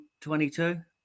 22